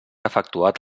efectuat